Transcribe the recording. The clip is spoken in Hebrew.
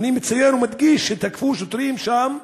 אני מציין ומדגיש שתקפו שוטרים שם.